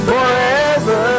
Forever